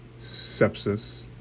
sepsis